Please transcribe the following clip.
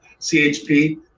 chp